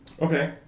Okay